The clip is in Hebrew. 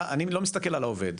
אני לא מסתכל על העובד,